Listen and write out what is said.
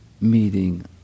Meeting